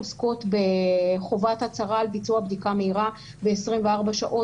עוסקות בחובת הצהרה על ביצוע בדיקה מהירה ב-24 שעות